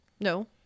No